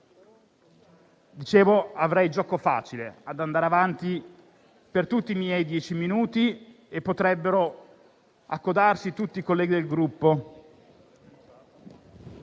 Dicevo che avrei gioco facile ad andare avanti per tutti i miei dieci minuti e potrebbero accodarsi tutti i colleghi del Gruppo.